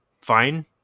fine